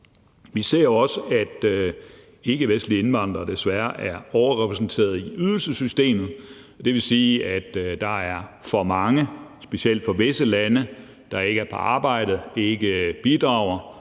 Vi ser jo også, at ikkevestlige indvandrere desværre er overrepræsenteret i ydelsessystemet, og det vil sige, at der er for mange, specielt fra visse lande, der ikke er i arbejde og ikke bidrager,